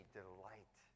delight